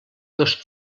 dos